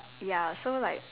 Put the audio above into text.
ya so like